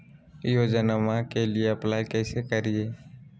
योजनामा के लिए अप्लाई कैसे करिए?